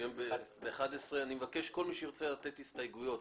ב-11 אני מבקש שכל מי שירצה להציג הסתייגויות